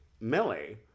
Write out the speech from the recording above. Millie